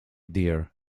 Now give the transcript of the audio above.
dear